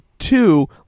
Two